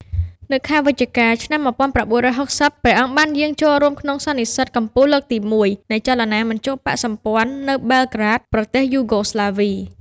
នៅខែវិច្ឆិកា ឆ្នាំ១៩៦០ ព្រះអង្គបានយាងចូលរួមក្នុងសន្និសីទកំពូលលើកទី១ នៃចលនាមិនចូលបក្សសម្ព័ន្ធនៅបែលក្រាដ ប្រទេសយូហ្គោស្លាវី។